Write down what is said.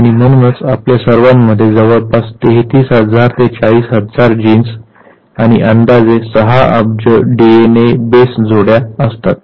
आणि म्हणूनच आपल्या सर्वांमध्ये जवळपास 33000 ते 40000 जीन्स आणि अंदाजे सहा अब्ज डीएनए बेस जोड्या असतात